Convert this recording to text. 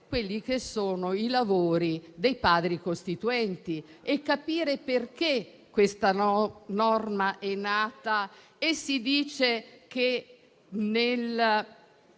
gli atti dei lavori dei Padri costituenti e capire perché questa norma è nata e si dice che il